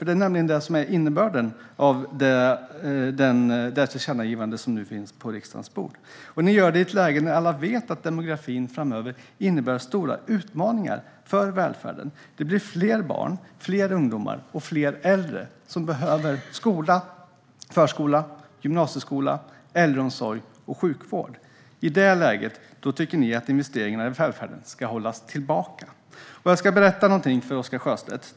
Det är nämligen det som är innebörden av det tillkännagivande som nu finns på riksdagens bord. Ni gör det i ett läge där alla vet att demografin framöver innebär stora utmaningar för välfärden. Det blir fler barn, fler ungdomar och fler äldre som behöver skola, förskola, gymnasieskola, äldreomsorg och sjukvård. I det läget tycker ni att investeringarna i välfärden ska hållas tillbaka. Jag ska berätta någonting för Oscar Sjöstedt.